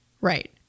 Right